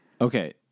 Okay